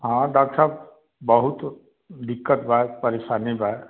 हाँ डाक साहब बहुत दिक्कत बा परेशानी बा